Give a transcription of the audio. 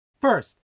First